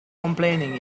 complaining